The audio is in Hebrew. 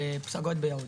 כן, בפסגות ביהוד.